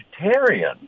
vegetarian